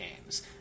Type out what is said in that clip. games